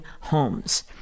homes